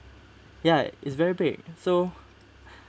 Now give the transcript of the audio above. ya it's very big so